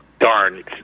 Darn